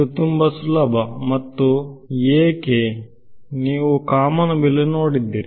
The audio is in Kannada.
ಇದು ತುಂಬಾ ಸುಲಭ ಮತ್ತು ಏಕೆ ನೀವು ಕಾಮನಬಿಲ್ಲು ನೋಡಿದ್ದೀರಿ